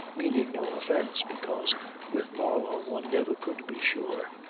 meaning no offence, because with marlow one never could be sure.